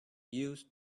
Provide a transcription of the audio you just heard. used